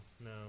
no